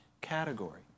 category